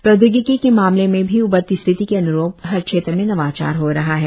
प्रौद्योगिकी के मामले में भी उभरती स्थिति के अन्रूप हर क्षेत्र में नवाचार हो रहा है